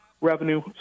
revenue